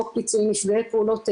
חוק פיצוי נפגעי פעולות איבה,